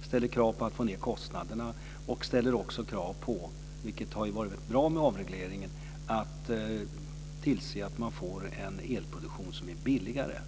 Det ställer krav på att få ned kostnaderna, och det ställer krav på, vilket har varit bra med avregleringen, att tillse att man får en elproduktion som är billigare.